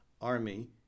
Army